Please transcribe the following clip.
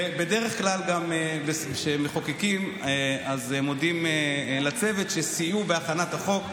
ובדרך כלל כשמחוקקים אז מודים גם לצוות שסייעו בהצעת החוק.